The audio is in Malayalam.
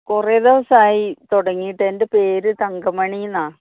കുറേ ദിവസമായി തുടങ്ങിയിട്ട് എൻ്റെ പേര് തങ്കമണി എന്നാണ്